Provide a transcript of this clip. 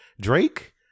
Drake